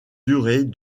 durée